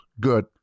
good